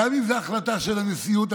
גם אם זו החלטה של הנשיאות,